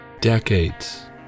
decades